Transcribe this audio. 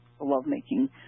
lovemaking